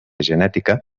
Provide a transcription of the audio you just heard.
genètica